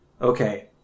okay